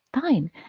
fine